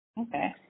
Okay